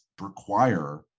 require